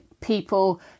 people